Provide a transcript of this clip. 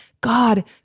God